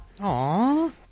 Aww